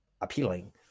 appealing